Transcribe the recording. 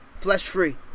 flesh-free